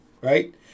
right